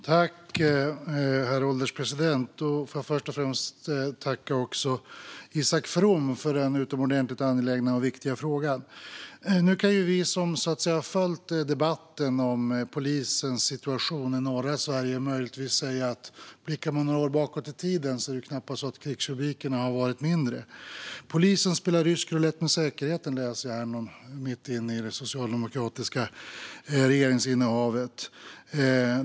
Herr ålderspresident! Låt mig först och främst tacka Isak From för en utomordentligt angelägen och viktig fråga. Vi som har följt debatten om polisens situation i norra Sverige kan möjligtvis säga att krigsrubrikerna knappast var mindre några år tillbaka i tiden. "Polisen spelar rysk roulett med säkerheten", läser jag i en rubrik från mitten av det socialdemokratiska regeringsinnehavet.